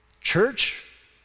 church